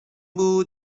بود